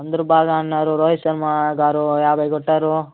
అందరు బాగా ఆడినారు రోహిత్ శర్మ గారు యాభై కొట్టారు